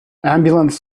ambulance